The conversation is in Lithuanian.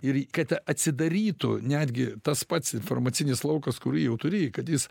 ir kad atsidarytų netgi tas pats informacinis laukas kurį jau turi kad jis